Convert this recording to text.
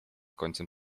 końcem